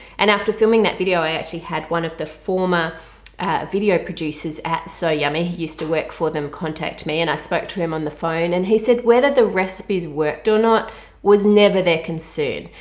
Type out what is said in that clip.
and after filming that video i actually had one of the former video producers at so yummy he used to work for them contact me and i spoke to him on the phone and he said whether the recipes worked or not was never their concern.